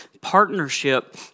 partnership